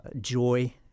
joy